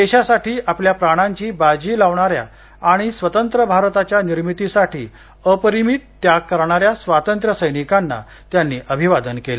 देशासाठी आपल्या प्राणांची बाजी लावणाऱ्या आणि स्वतंत्र भारताच्या निर्मितीसाठी अपरिमित त्याग करणाऱ्या स्वातंत्र्यसैनिकांना त्यांनी अभिवादन केलं